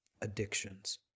addictions